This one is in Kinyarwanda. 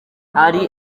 hari